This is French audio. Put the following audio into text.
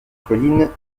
colline